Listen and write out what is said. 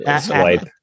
swipe